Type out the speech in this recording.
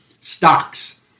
stocks